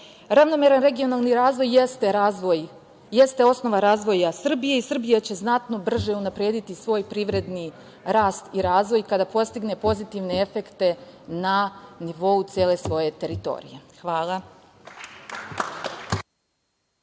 razvijene. Ravnomeran regionalni razvoj jeste osnova razvoja Srbije i Srbija će znatno brže unaprediti svoj privredni rast i razvoj kada postigne pozitivne efekte na nivou cele svoje teritorije. Hvala.